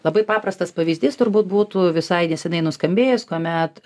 labai paprastas pavyzdys turbūt būtų visai neseniai nuskambėjęs kuomet